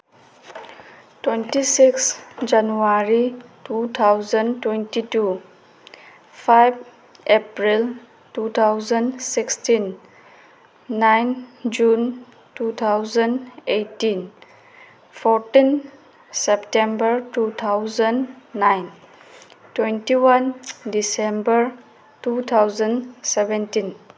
twenty six January two thousand twenty two five April two thousand sixteen nine June two thousand eighteen fourteen September two thousand nine twenty one December two thousand seventeen